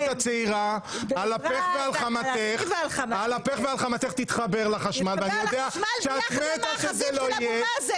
על אפך ועל חמתך תתחבר לחשמל ואני יודע שאת מתה שזה לא יהיה.